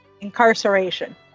Incarceration